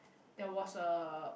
there was a